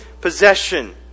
possession